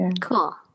Cool